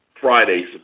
Friday